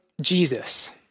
Jesus